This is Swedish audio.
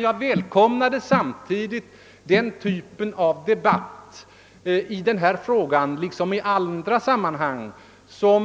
Jag välkomnar emellertid i den här frågan liksom i andra sammanhang den